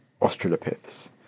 Australopiths